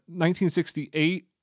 1968